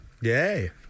Yay